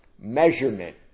Measurement